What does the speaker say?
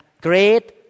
great